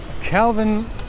Calvin